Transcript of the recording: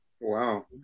wow